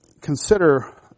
consider